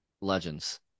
legends